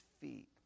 feet